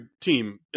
team